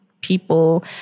people